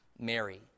Mary